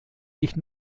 sich